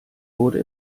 wurde